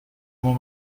mon